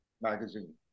magazine